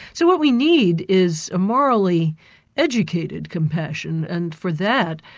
so what we need is a morally educated compassion and for that,